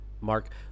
mark